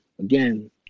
Again